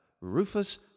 Rufus